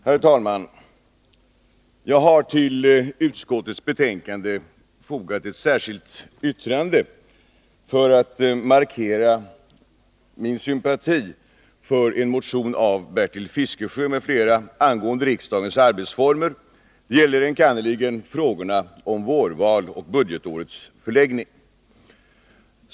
Herr talman! Jag har till utskottets betänkande fogat ett särskilt yttrande för att markera min sympati för en motion av Bertil Fiskesjö m.fl. angående riksdagens arbetsformer. Det gäller enkannerligen frågorna om vårval och budgetårets förläggning.